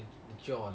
jones